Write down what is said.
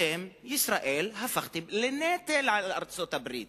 אתם, ישראל, הפכתם לנטל על ארצות-הברית.